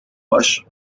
باش